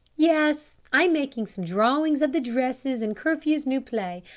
yes. i'm making some drawings of the dresses in curfew's new play.